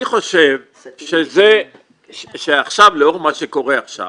אני חושב שעכשיו, לאור מה שקורה עכשיו,